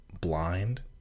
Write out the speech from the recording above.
blind